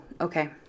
okay